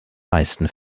meisten